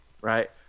Right